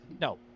No